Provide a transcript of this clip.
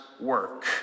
work